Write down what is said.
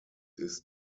ist